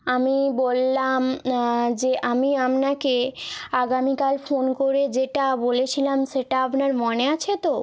আমি বললাম যে আমি আপনাকে আগামীকাল ফোন করে যেটা বলেছিলাম সেটা আপনার মনে আছে তো